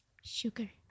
sugar